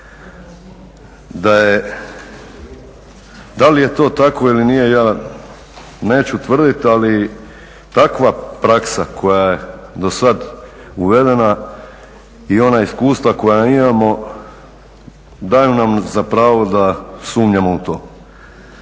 Da li je to tako ili nije, ja neću tvrditi, ali takva praksa koja je do sad uvedena i ona iskustva koja imamo, daju nam za pravo da sumnjamo u to.